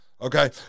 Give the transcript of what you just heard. Okay